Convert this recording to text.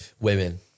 Women